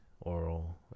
oral